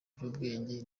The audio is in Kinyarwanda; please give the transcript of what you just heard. by’ubwenge